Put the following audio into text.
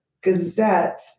Gazette